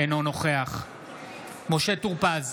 אינו נוכח משה טור פז,